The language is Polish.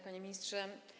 Panie Ministrze!